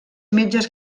metges